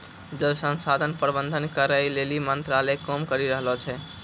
जल संसाधन प्रबंधन करै लेली मंत्रालय काम करी रहलो छै